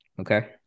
Okay